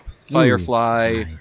Firefly